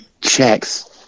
checks